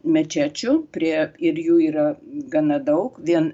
mečečių prie ir jų yra gana daug vien